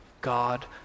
God